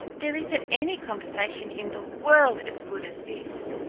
there isn't any conversation in the world as good as this.